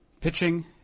Pitching